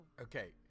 Okay